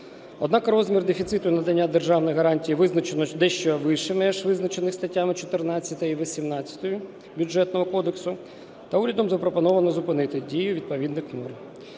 Однак розмір дефіциту надання державних гарантій визначено дещо вище визначених статтями 14 і 18 Бюджетного кодексу та урядом запропоновано зупинити дію відповідних норм.